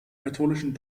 katholischen